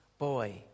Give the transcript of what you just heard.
boy